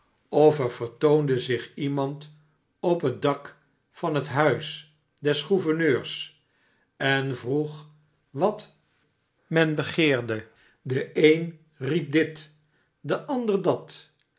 of er vertoonde zich iemand op het dak van het huis des gouverneurs en vroeg wat men begeerde de een riep dit de ander dat